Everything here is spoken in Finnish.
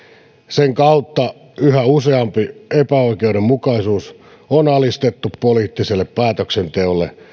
sen kautta yhä useampi epäoikeudenmukaisuus on alistettu poliittiselle päätöksenteolle